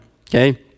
okay